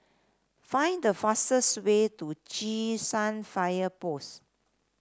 find the fastest way to San Fire Post